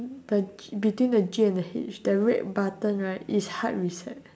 the ke~ between the G and the H the red button right is hard reset